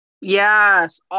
Yes